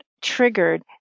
triggered